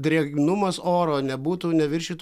drėgnumas oro nebūtų neviršytų